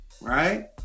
right